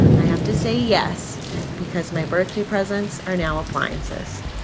i have to say yes because my birthday presents are now appliances